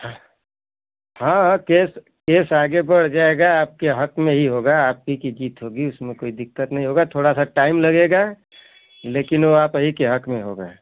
हाँ हाँ हाँ केस केस तो आगे बढ़ जाएगा आपके हाथ में हीं होगा आपकी किसी तहबीस मे कोई दिक्कत नहीं होगा थोड़ा टाइम लगेगा लेकिन वो आप ही के हक में होगा